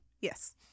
Yes